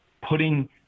putting